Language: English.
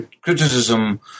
criticism